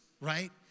right